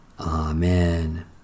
Amen